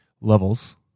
Levels